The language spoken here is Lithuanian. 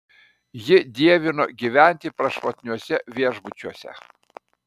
ji dievino gyventi prašmatniuose viešbučiuose